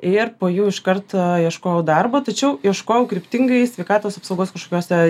ir po jų iš karto ieškojau darbo tačiau ieškojau kryptingai sveikatos apsaugos kažkokiose